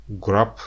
grab